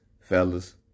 fellas